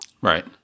Right